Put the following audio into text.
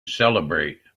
celebrate